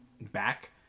back